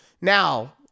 now